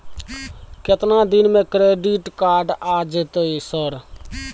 केतना दिन में क्रेडिट कार्ड आ जेतै सर?